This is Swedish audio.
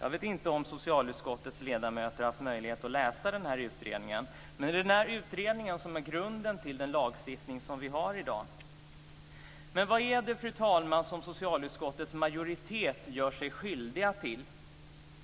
Jag vet inte om socialutskottets ledamöter har haft möjlighet att läsa utredningen. Det är den utredningen som är grunden till den lagstiftning vi har i dag. Vad är det, fru talman, som socialutskottets majoritet gör sig skyldig till?